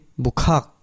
bukak